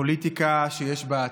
פוליטיקה שיש בה עתיד.